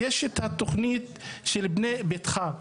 יש את התוכנית של "בנה ביתך"